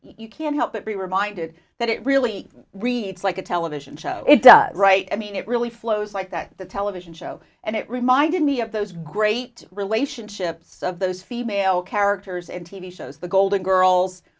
you can't help but be reminded that it really reads like a television show it does right i mean it really flows like that the television show and it reminded me of those great relationships of those female characters in t v shows the golden girls